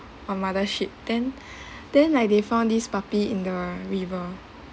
on mothership then then like they found these puppy in the river